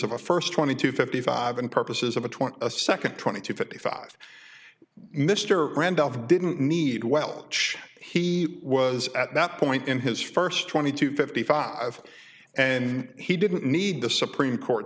of a first twenty to fifty five and purposes of a twenty a second twenty two fifty five mr randolph didn't need welch he was at that point in his first twenty two fifty five and he didn't need the supreme court